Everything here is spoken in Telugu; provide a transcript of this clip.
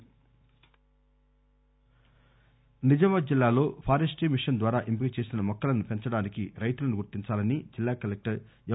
ఆర్ఒ ఫారెస్ట్ నిజామాబాద్ జిల్లాలో ఫారెస్టీ మిషన్ ద్వారా ఎంపిక చేసిన మొక్కలను పెంచడానికి రైతులను గుర్తించాలని జిల్లా కలెక్టర్ ఎం